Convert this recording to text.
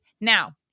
Now